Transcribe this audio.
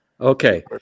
Okay